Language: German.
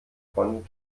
von